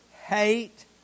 hate